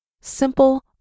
simple